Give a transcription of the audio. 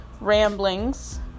ramblings